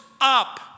up